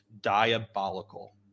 diabolical